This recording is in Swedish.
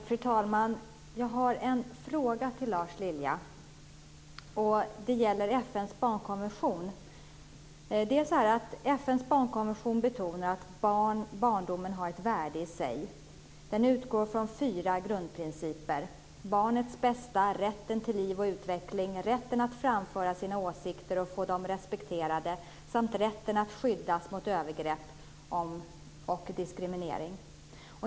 Fru talman! Jag har en fråga till Lars Lilja. Den gäller FN:s barnkonvention. FN:s barnkonvention betonar att barndomen har ett värde i sig. Den utgår från fyra grundprinciper: Barnets bästa, rätten till liv och utveckling, rätten att framföra sina åsikter och få dem respekterade samt rätten att skyddas mot övergrepp och diskriminering.